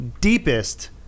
deepest